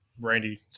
Randy